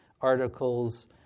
articles